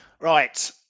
Right